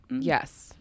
Yes